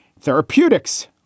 Therapeutics